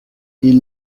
ils